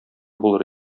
булыр